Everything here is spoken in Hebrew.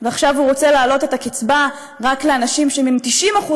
ועכשיו הוא רוצה להעלות את הקצבה רק לאנשים שהם עם 90%